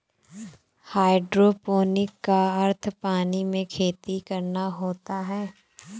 hydroponic का अर्थ पानी में खेती करना होता है